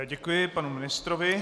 Děkuji panu ministrovi.